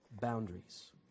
boundaries